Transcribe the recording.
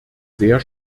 sehr